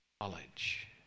knowledge